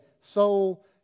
Soul